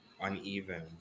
uneven